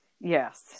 Yes